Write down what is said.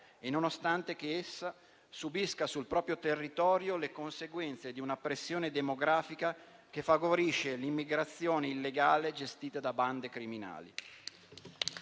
e nonostante essa subisca sul proprio territorio le conseguenze di una pressione demografica che favorisce l'immigrazione illegale gestita da bande criminali.